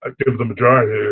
ah give the majority